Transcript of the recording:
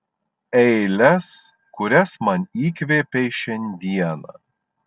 eiles kurias man įkvėpei šiandieną